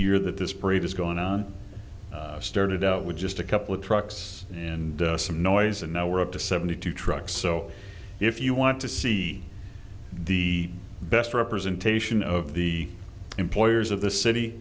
year that this parade is going on started out with just a couple of trucks and some noise and now we're up to seventy two trucks so if you want to see the best representation of the employers of the city